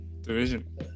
division